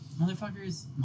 Motherfuckers